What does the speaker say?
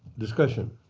discussion?